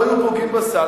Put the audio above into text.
לא היו פוגעים בסל.